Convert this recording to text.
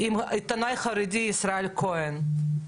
עם עיתונאי חרדי, ישראל כהן,